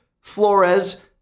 Flores